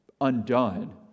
undone